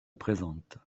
présente